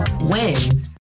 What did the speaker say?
wins